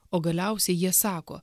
o galiausiai jie sako